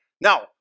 Now